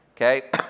Okay